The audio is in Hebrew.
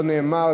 לא נאמר.